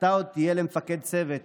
אתה עוד תהיה למפקד צוות